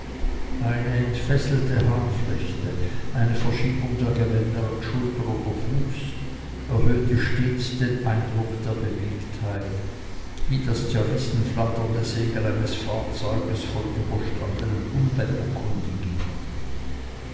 eine entfesselte haarflechte eine verschiebung der gewänder an schulter oder fuß erhöhte stets den eindruck der bewegtheit wie das zerrissen flatternde segel eines fahrzeuges von überstandenem unwetter kunde gibt